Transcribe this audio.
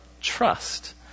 trust